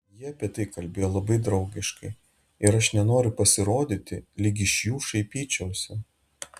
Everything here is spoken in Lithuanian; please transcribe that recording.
jie apie tai kalbėjo labai draugiškai ir aš nenoriu pasirodyti lyg iš jų šaipyčiausi